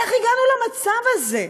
איך הגענו למצב הזה?